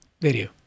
video